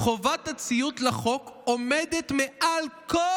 "חובת הציות לחוק עומדת מעל כל